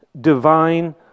divine